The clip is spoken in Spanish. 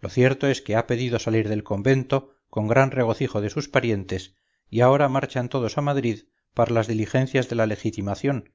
lo cierto es que ha pedido salir del convento con gran regocijo de sus parientes y ahora marchan todos a madrid para las diligencias de la legitimación